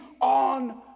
on